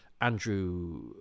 Andrew